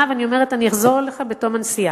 ואני אומרת: אני אחזור אליך בתום הנסיעה,